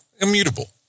immutable